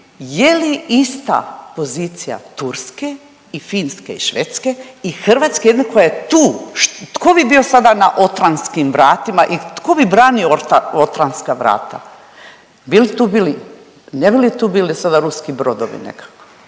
je li ista pozicija Turske i Finske i Švedske i Hrvatske jedne koja je tu, tko bi bio sada na Otrantskim vratima i tko bi branio Otrantska vrata, bi li tu bili, ne bi li tu bili sada ruski brodovi nekako